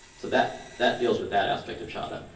so that that deals with that aspect of chadha.